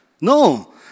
No